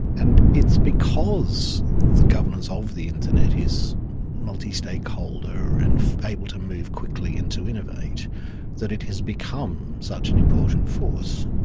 and it's because the governance of the internet is multi-stakeholder and able to move quickly and to innovate that it has become such an important force.